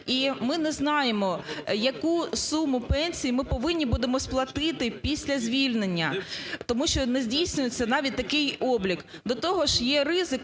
і ми не знаємо, яку суму пенсій ми повинні будемо сплатити після звільнення, тому що не здійснюється навіть такий облік. До того ж є ризик